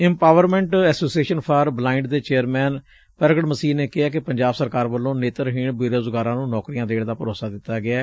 empowerment association for blind ਦੇ chairman ਪੁਗਟ ਮਸੀਹ ਨੇ ਕਿਹੈ ਕਿ ਪੰਜਾਬ ਸਰਕਾਰ ਵੱਲੋਂ ਨੇਤਰਹੀਣ ਬੇਰੋਜ਼ਗਾਰਾਂ ਨੂੰ ਨੌਕਰੀਆਂ ਦੇਣ ਦਾ ਭਰੋਸਾ ਦਿੱਤਾ ਗਿਐ